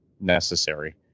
necessary